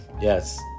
yes